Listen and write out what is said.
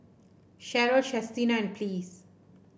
Cheryl Chestina and Ples